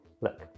look